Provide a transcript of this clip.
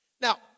Now